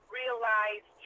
realize